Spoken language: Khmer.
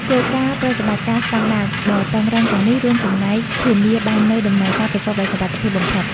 គោលការណ៍ប្រតិបត្តិការស្តង់ដារ ដ៏តឹងរ៉ឹងទាំងនេះរួមចំណែកធានាបាននូវដំណើរការប្រកបដោយសុវត្ថិភាពបំផុត។